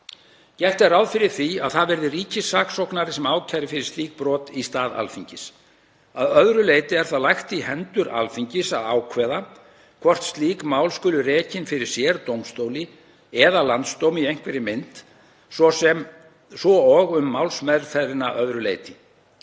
er ráð fyrir að það verði ríkissaksóknari sem ákæri fyrir slík brot í stað Alþingis. Að öðru leyti er það lagt í hendur Alþingis að ákveða hvort slík mál skuli rekin fyrir sérdómstóli eða landsdómi í einhverri mynd svo og um málsmeðferðina að öðru leyti.